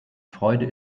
freude